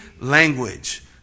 language